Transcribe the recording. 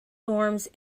norms